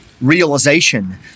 Realization